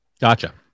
Gotcha